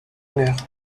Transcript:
murs